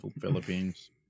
Philippines